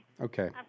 Okay